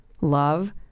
love